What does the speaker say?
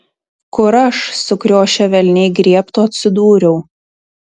kur aš sukriošę velniai griebtų atsidūriau